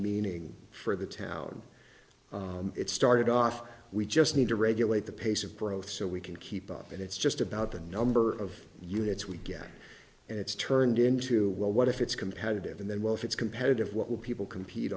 meaning for the town it started off we just need to regulate the pace of pro so we can keep up and it's just about the number of units we get and it's turned into well what if it's competitive and then well if it's competitive what will people compete